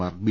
Mar B